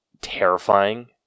terrifying